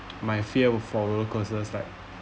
my fear will follow causes like